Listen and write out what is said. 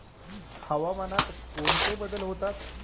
हवामानात कोणते बदल होतात?